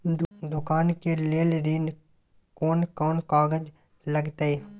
दुकान के लेल ऋण कोन कौन कागज लगतै?